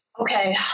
Okay